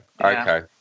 Okay